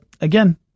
again